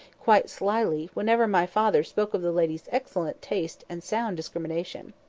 quite slyly, whenever my father spoke of the lady's excellent taste and sound discrimination.